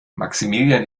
maximilian